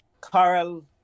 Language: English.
Carl